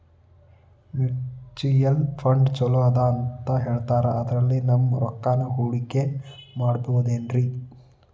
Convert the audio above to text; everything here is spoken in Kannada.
ಮ್ಯೂಚುಯಲ್ ಫಂಡ್ ಛಲೋ ಅದಾ ಅಂತಾ ಹೇಳ್ತಾರ ಅದ್ರಲ್ಲಿ ನಮ್ ರೊಕ್ಕನಾ ಹೂಡಕಿ ಮಾಡಬೋದೇನ್ರಿ?